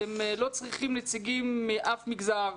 אתם לא צריכים נציגים מאף מגזר,